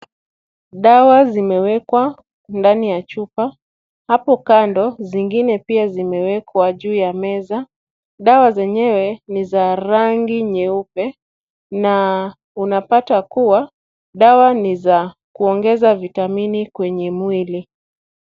Dawa zimewekwa ndani ya chupa. Hapo kando zingine pia zimewekwa juu ya meza. Dawa zenyewe ni za rangi nyeupe na unapata kuwa dawa ni za kuongeza vitamini kwenye mwili.